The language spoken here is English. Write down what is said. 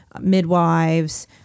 midwives